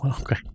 Okay